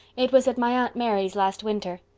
it was at my aunt mary's last winter.